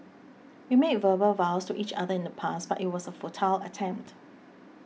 we made verbal vows to each other in the past but it was a futile attempt